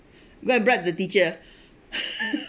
go and bribe the teacher